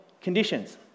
conditions